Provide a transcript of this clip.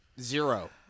Zero